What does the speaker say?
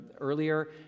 earlier